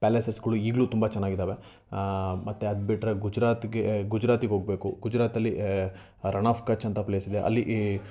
ಪ್ಯಾಲೇಸಸ್ಗಳು ಈಗ್ಲೂ ತುಂಬ ಚೆನ್ನಾಗಿದಾವೆ ಮತ್ತು ಅದ್ಬಿಟ್ಟರೆ ಗುಜರಾತ್ಗೆ ಗುಜರಾತಿಗೆ ಹೋಗಬೇಕು ಗುಜರಾತಲ್ಲಿ ರಣ್ ಆಫ್ ಕಚ್ ಅಂತ ಪ್ಲೇಸ್ ಇದೆ ಅಲ್ಲಿ ಈ